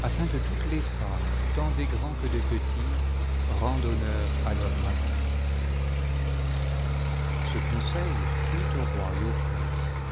afin que toutes les femmes tant des gi-ands que des petits rendent honneur à leurs maris ce conseil plut au roi et aux princes